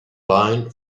line